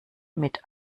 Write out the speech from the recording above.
mit